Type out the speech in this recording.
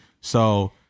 so-